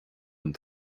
don